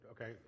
okay